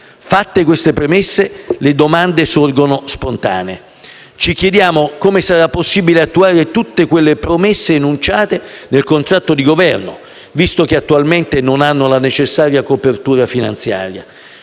Fatte queste premesse, le domande sorgono spontanee: ci chiediamo come sarà possibile attuare tutte quelle promesse enunciate nel contratto di Governo, visto che attualmente non hanno la necessaria copertura finanziaria.